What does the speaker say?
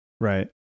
Right